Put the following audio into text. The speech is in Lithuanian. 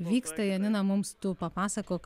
vyksta janina mums tu papasakok